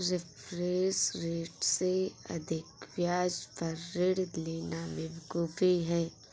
reference rate से अधिक ब्याज पर ऋण लेना बेवकूफी है